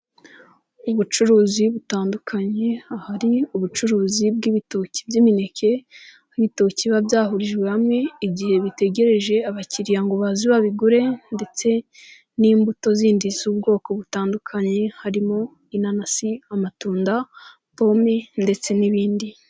Ubucuruzi butandukanye hari ubucuruzi bw'ibitoki by'imineke n'ibitoki biba byahurijwe hamwe igihe bitegereje abakiriya ngo baze babigure ndetse n'imbuto z'indi z'ubwoko butandukanye harimo inanasi, amatunda, pome ndetse n'ibindi.